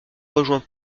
rejoint